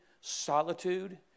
solitude